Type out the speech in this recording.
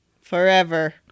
forever